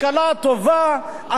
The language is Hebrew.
אנחנו ניתן כסף,